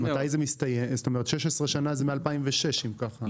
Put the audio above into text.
16 שנה זה מ-2006 אם כך.